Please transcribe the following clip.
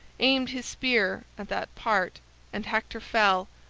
aimed his spear at that part and hector fell,